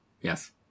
Yes